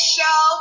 show